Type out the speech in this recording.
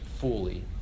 fully